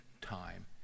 time